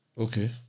Okay